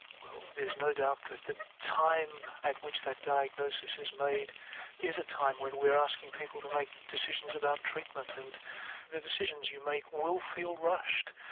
well there's no doubt that the time at which that diagnosis is made is a time when we're asking people to make decisions about a treatment and the decisions you make will feel rushed.